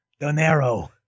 Donero